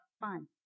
fun